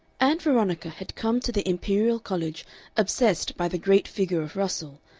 ann veronica had come to the imperial college obsessed by the great figure of russell,